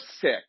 sick